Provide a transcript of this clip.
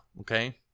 okay